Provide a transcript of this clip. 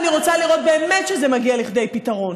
אני רוצה לראות באמת שזה מגיע לכדי פתרון,